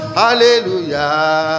hallelujah